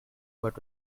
what